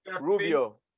Rubio